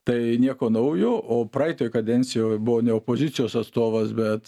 tai nieko naujo o praeitoj kadencijoj buvo ne opozicijos atstovas bet